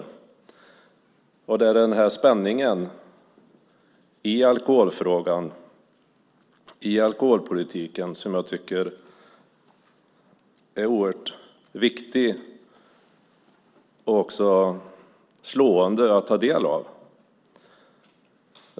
Det är denna spänning i alkoholfrågan och i alkoholpolitiken som jag tycker är slående att ta del av.